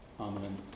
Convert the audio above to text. Amen